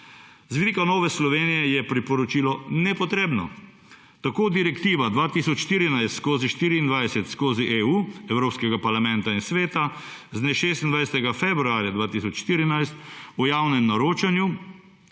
Z vidika Nove Slovenije je priporočilo nepotrebno. Tako Direktiva 2014/24/EU Evropskega parlamenta in Sveta z dne 26. februarja 2014 o javnem naročanju